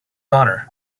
honour